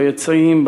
ביציעים,